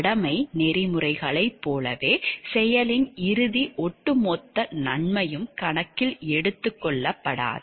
கடமை நெறிமுறைகளைப் போலவே செயலின் இறுதி ஒட்டுமொத்த நன்மையும் கணக்கில் எடுத்துக்கொள்ளப்படாது